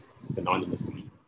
synonymously